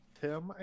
Tim